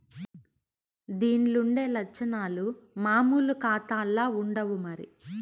దీన్లుండే లచ్చనాలు మామూలు కాతాల్ల ఉండవు మరి